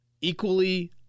equally